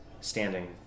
standing